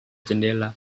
jendela